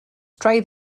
try